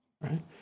right